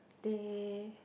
they